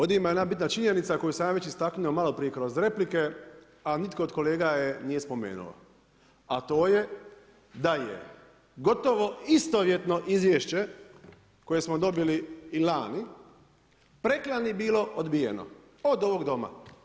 Dakle ovdje ima jedna bitna činjenica koju sam ja već istaknuo maloprije kroz replike, a nitko od kolega je nije spomenuo, a to je da je gotovo istovjetno izvješće koje smo dobili i lani preklani bilo odbijeno od ovog Doma.